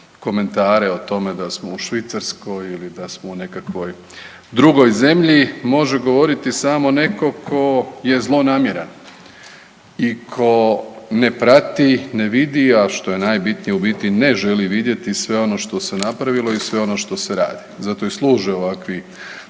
komentare o tome da smo u Švicarskoj ili da smo u nekakvoj drugoj zemlji može govoriti samo netko tko je zlonamjeran i tko ne prati, ne vidi a što je najvažnije u biti ne želi vidjeti sve ono što se napravilo i sve ono što se radi. Zato i služe ovakve